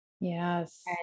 Yes